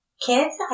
Kids